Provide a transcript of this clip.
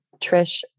Trish